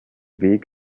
weg